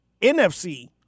NFC